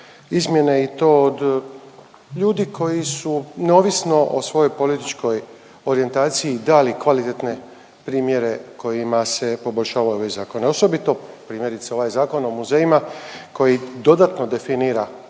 izmjene i to od ljudi koji su neovisno o svojoj političkoj orijentaciji dali kvalitetne primjere kojima se poboljšava ovaj zakon, a osobito primjere ovaj Zakon o muzejima koji dodatno definira